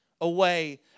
away